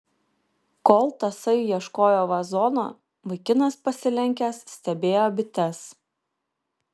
kol tasai ieškojo vazono vaikinas pasilenkęs stebėjo bites